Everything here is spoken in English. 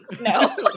no